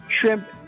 shrimp